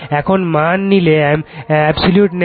এখন মান নিলে অ্যাবসিউলুট নেবে